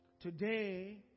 Today